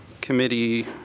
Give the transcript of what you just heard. committee